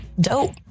Dope